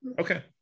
Okay